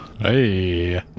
Hey